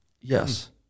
Yes